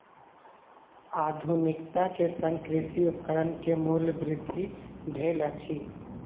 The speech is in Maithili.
आधुनिकता के संग कृषि उपकरण के मूल्य वृद्धि भेल अछि